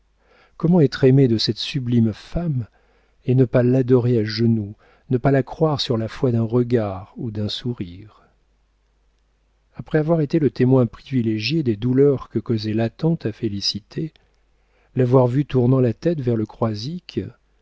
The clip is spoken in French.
être aimé de cette sublime femme et ne pas l'adorer à genoux ne pas la croire sur la foi d'un regard ou d'un sourire après avoir été le témoin privilégié des douleurs que causait l'attente à félicité l'avoir vue tournant la tête vers le croisic